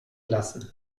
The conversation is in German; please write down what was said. lassen